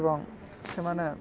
ଏବଂ ସେମାନେ